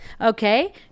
okay